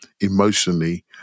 emotionally